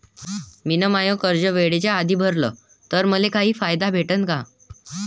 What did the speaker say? मिन माय कर्ज वेळेच्या आधी भरल तर मले काही फायदा भेटन का?